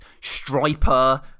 Striper